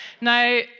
Now